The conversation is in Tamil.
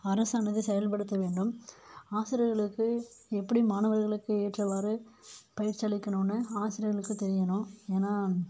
அரசானது செயல்படுத்த வேண்டும் ஆசிரியர்களுக்கு எப்படி மாணவர்களுக்கு ஏற்றவாறு பயிற்சி அளிக்கணும்னு ஆசிரியர்களுக்கு தெரியணும் ஏனால்